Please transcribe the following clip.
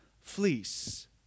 fleece